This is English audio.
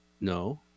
No